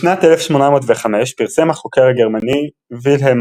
בשנת 1805 פרסם החוקר הגרמני וילהלם